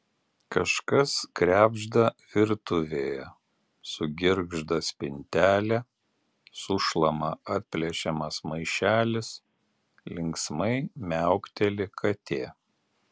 kažkas krebžda virtuvėje sugirgžda spintelė sušlama atplėšiamas maišelis linksmai miaukteli katė